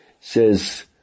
says